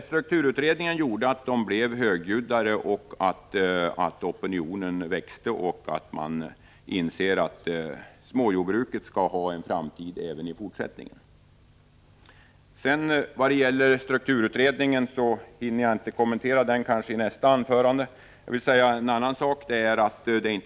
Strukturutredningen gjorde att de blev mera högljudda och att opinionerna växte. Man inser nu att småjordbruken skall ha en framtid. Strukturutredningen hinner jag inte kommentera; jag kanske kan återkomma till den i nästa anförande. Det är inte bara i vårt land som den här frågan diskuteras.